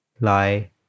Lie